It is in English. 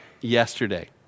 yesterday